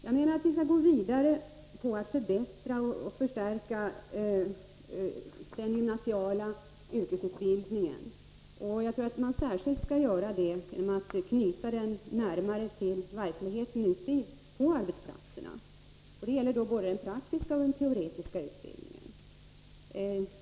Jag anser att vi skall gå vidare med att förbättra och förstärka den gymnasiala yrkesutbildningen. Och jag tror att man särskilt skall göra detta genom att knyta den närmare till verkligheten ute på arbetsplatserna. Detta gäller både den praktiska och den teoretiska utbildningen.